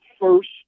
first